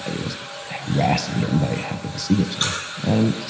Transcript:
and he was harassing him, but i happened to see him somewhere. and,